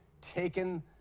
taken